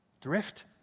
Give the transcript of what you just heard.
Drift